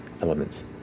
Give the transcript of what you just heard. elements